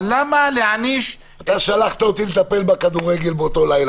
אבל למה להעניש- -- שלחת אותי לטפל בכדורגל באותו לילה.